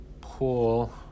pull